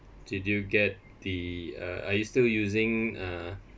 did you get the uh are you still using a